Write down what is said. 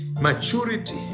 Maturity